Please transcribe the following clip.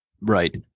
Right